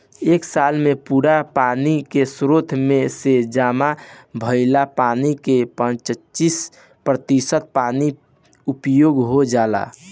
एक साल के पूरा पानी के स्रोत में से जामा भईल पानी के पच्चीस प्रतिशत पानी प्रयोग हो जाला